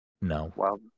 No